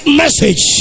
message